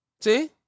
See